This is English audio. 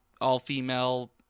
all-female